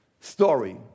story